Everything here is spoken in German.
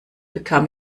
bekam